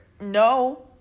no